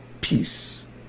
peace